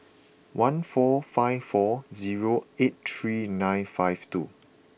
one four five four zero eight three nine five two